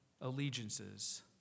allegiances